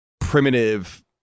primitive